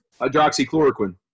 Hydroxychloroquine